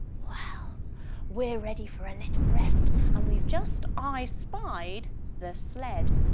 well we're ready for a little rest and we've just eye spied the sled.